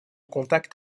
contact